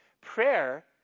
prayer